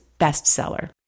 bestseller